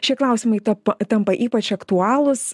šie klausimai tampa tampa ypač aktualūs